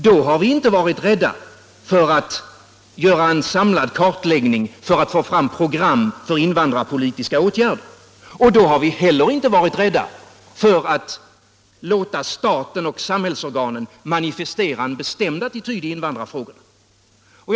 Då har vi inte varit rädda för att göra en samlad kartläggning för att få fram program för invandrarpolitiska åtgärder, och vi har heller inte varit rädda för att låta staten och samhällsorganen manifestera en bestämd attityd i invandrarfrågorna.